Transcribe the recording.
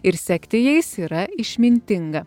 ir sekti jais yra išmintinga